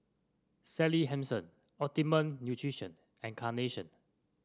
Sally Hansen Optimum Nutrition and Carnation